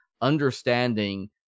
understanding